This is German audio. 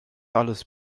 alles